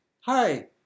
hi